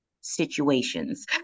situations